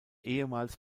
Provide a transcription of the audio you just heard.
ehemals